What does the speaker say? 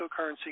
cryptocurrency